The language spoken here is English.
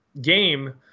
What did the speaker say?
game